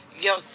yo